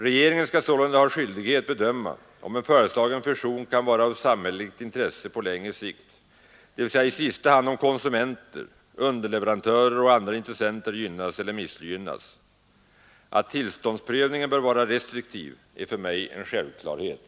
Regeringen skall sålunda ha skyldighet bedöma om en föreslagen fusion kan vara av samhälleligt intresse på längre sikt, dvs. i sista hand om konsumenter, underleverantörer och andra intressenter gynnas eller missgynnas. Att tillståndsprövningen bör vara restriktiv är för mig en självklarhet.